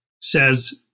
says